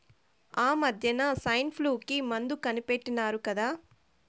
ఆమద్దెన సైన్ఫ్లూ కి మందు కనిపెట్టినారు కదా